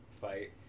fight